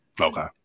Okay